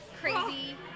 crazy